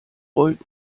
rollt